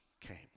came